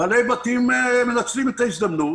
בעלי בתים מנצלים את ההזדמנות